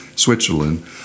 Switzerland